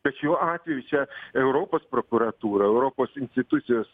bet šiuo atveju čia europos prokuratūra europos institucijos